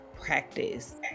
practice